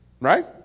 Right